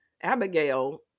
abigail